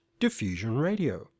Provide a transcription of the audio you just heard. Diffusionradio